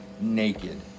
naked